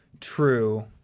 True